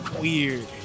Weird